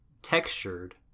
textured